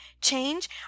change